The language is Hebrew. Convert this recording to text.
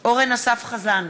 אורן אסף חזן,